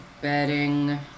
bedding